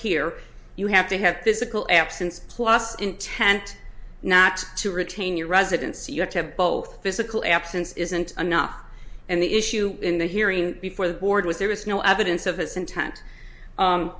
here you have to have physical absence plus intent not to retain your residence you have to have both physical absence isn't enough and the issue in the hearing before the board was there was no evidence of his intent